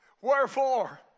Wherefore